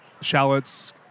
shallots